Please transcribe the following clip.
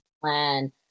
plan